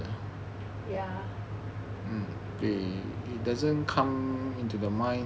ya